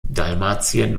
dalmatien